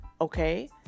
okay